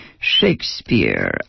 Shakespeare